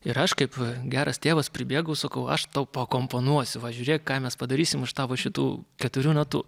ir aš kaip geras tėvas pribėgau sakau aš tau paakomponuosiu va žiūrėk ką mes padarysim iš tavo šitų keturių natų